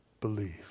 believe